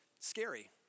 scary